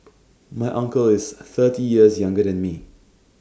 my uncle is thirty years younger than me